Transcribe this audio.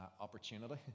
opportunity